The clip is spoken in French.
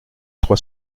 trois